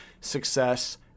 success